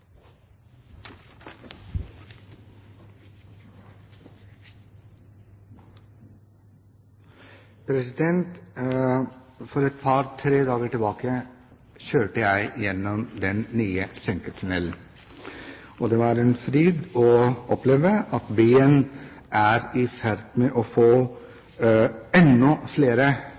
For et par–tre dager siden kjørte jeg gjennom den nye senketunnelen. Det var en fryd å oppleve at byen er i ferd med å få enda flere